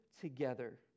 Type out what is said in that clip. together